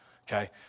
Okay